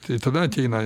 tai tada ateina